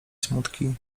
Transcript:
smutki